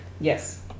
Yes